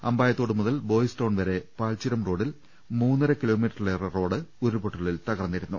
അമ്പായത്തോട് മുതൽ boys town വരെ പാൽചുരം റോഡിൽ മൂന്നര കിലോമീറ്ററിലേറെ റോഡ് ഉരുൾപൊട്ടലിൽ തകർന്നിരുന്നു